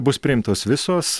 bus priimtos visos